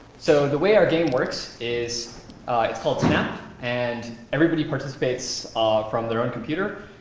so the way our game works is it's called snap and everybody participates from their own computer.